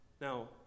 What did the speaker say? Now